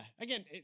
again